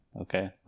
Okay